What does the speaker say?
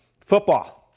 Football